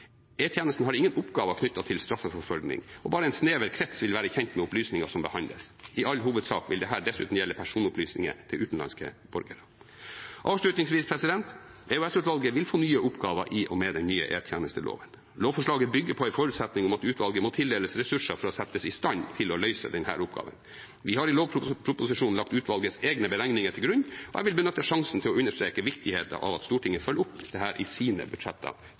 har ingen oppgaver knyttet til straffeforfølgning, og bare en snever krets vil være kjent med opplysninger som behandles. I all hovedsak vil dette dessuten gjelde personopplysninger til utenlandske borgere. Avslutningsvis: EOS-utvalget vil få nye oppgaver i og med den nye etterretningstjenesteloven. Lovforslaget bygger på en forutsetning om at utvalget må tildeles ressurser for å settes i stand til å løse denne oppgaven. Vi har i lovproposisjonen lagt utvalgets egne beregninger til grunn, og jeg vil benytte sjansen til å understreke viktigheten av at Stortinget følger opp dette i sine budsjetter